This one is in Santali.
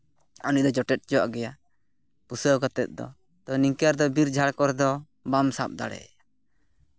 ᱩᱱᱤᱫᱚ ᱡᱚᱴᱮᱫ ᱦᱚᱪᱚᱣᱟᱜ ᱜᱮᱭᱟ ᱯᱩᱥᱟᱹᱣ ᱠᱟᱛᱮ ᱫᱚ ᱛᱚ ᱱᱤᱝᱠᱟᱹ ᱫᱚ ᱵᱤᱨ ᱡᱷᱟᱲ ᱠᱚᱨᱮᱫᱚ ᱵᱟᱢ ᱥᱟᱵ ᱫᱟᱲᱮᱣᱟᱭᱟ